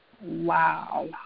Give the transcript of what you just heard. Wow